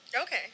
Okay